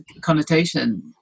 connotation